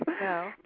No